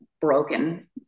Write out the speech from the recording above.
broken